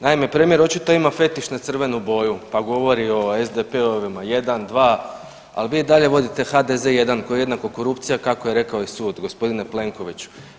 Naime, premijer očito ima fetiš na crvenu boju pa govori o SDP-ovima 1, 2. Ali, vi i dalje vodite HDZ 1 koji je jednako korupcija, kako je rekao i sud, g. Plenkoviću.